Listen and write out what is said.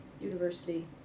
University